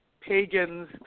pagans